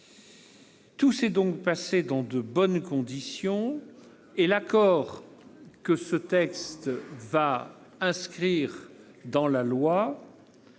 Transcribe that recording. Tout s'est donc passé dans de bonnes conditions. L'accord que ce texte va inscrire dans la loi